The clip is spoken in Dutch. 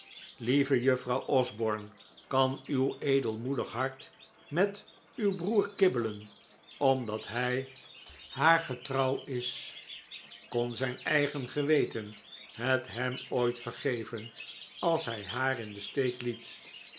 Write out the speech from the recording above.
lieve juffrouw osborne kan uw edelmoedig hart met uw broer kibbelen omdat hij haar getrouw is kon zijn eigen geweten het hem ooit vergeven als hij haar in den steek liet